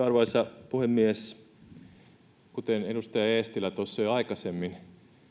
arvoisa puhemies kuten edustaja eestilä tuossa jo aikaisemmin